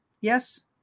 yes